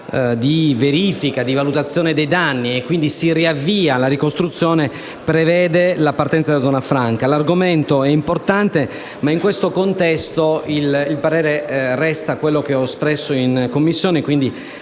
di verifica e di valutazione dei danni e quindi si riavvia la ricostruzione, venga istituita una zona franca. L'argomento è importante, ma in questo contesto il parere resterà quello espresso in Commissione,